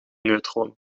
neutronen